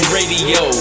Radio